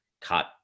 cut